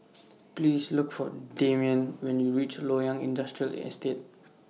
Please Look For Demian when YOU REACH Loyang Industrial Estate